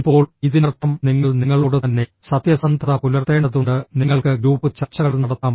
ഇപ്പോൾ ഇതിനർത്ഥം നിങ്ങൾ നിങ്ങളോട് തന്നെ സത്യസന്ധത പുലർത്തേണ്ടതുണ്ട് നിങ്ങൾക്ക് ഗ്രൂപ്പ് ചർച്ചകൾ നടത്താം